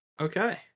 Okay